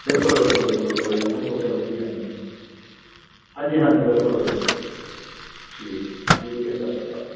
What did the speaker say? ਬਿਲਕੁਲ ਬਿਲਕੁਲ ਬਿਲਕੁਲ ਬੜੀ ਸੋਹਣੀ ਸੋਚ ਆ ਤੁਹਾਡੀ ਹਾਂਜੀ ਹਾਂਜੀ ਹਾਂਜੀ ਹਾਂਜੀ ਬਿਲਕੁਲ ਬਿਲਕੁਲ ਬਿਲਕੁਲ ਠੀਕ ਹੈ ਠੀਕ ਹੈ ਜੀ ਸਤਿ ਸ਼੍ਰੀ ਅਕਾਲ